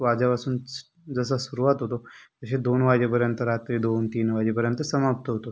वाजल्यापासून जसं सुरुवात होतो हे दोन वाजेपर्यंत रात्री दोन तीन वाजेपर्यंत समाप्त होतो